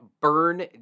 Burn